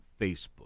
Facebook